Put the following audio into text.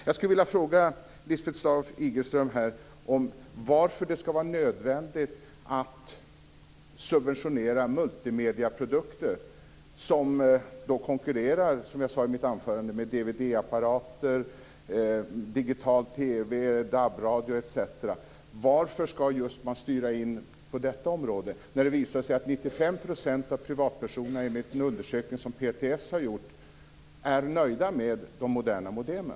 Jag skulle vilja fråga Lisbeth Staaf-Igelström varför det ska vara nödvändigt att subventionera multimediaprodukter som då konkurrerar, som jag sade i mitt anförande, med DVD-apparater, digital-TV, DAB-radio etc. Varför ska man just styra in på detta område, när det visar sig att 95 % av privatpersonerna, enligt en undersökning som PTS har gjort, är nöjda med de moderna modemen?